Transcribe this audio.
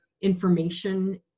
information